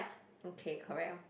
okay correct lor